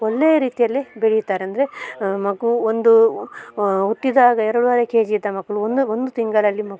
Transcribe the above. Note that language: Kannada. ಒಳ್ಳೆಯ ರೀತಿಯಲ್ಲಿ ಬೆಳಿತಾರೆ ಅಂದರೆ ಮಗು ಒಂದು ಹುಟ್ಟಿದಾಗ ಎರಡೂವರೆ ಕೆಜಿ ಇದ್ದ ಮಕ್ಕಳು ಒಂದು ಒಂದು ತಿಂಗಳಲ್ಲಿ ಮ